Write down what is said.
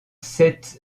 sept